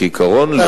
כעיקרון, לא.